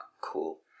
Cool